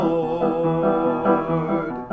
Lord